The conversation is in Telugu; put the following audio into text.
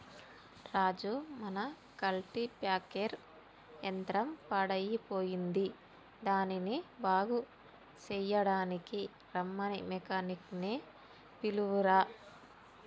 రాజు మన కల్టిప్యాకెర్ యంత్రం పాడయ్యిపోయింది దానిని బాగు సెయ్యడానికీ రమ్మని మెకానిక్ నీ పిలువురా